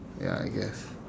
ya I guess